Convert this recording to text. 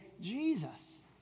Jesus